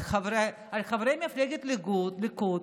על חברי מפלגת הליכוד,